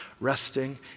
resting